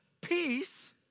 peace